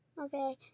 Okay